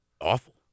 awful